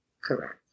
Correct